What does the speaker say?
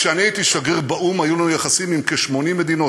כשאני הייתי שגריר באו"ם היו לנו יחסים עם כ-80 מדינות,